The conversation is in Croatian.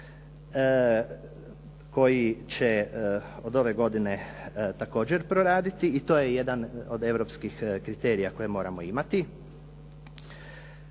koji će od ove godine također proraditi i to je jedan od europskih kriterija koje moramo imati.